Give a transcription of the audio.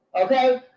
Okay